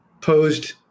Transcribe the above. posed